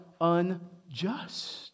unjust